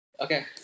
Okay